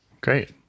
Great